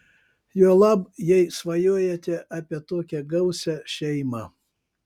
juolab jei svajojate apie tokią gausią šeimą